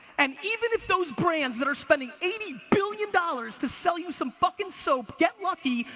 and even if those brands, that are spending eighty billion dollars to sell you some fucking soap get lucky,